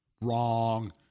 Wrong